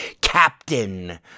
captain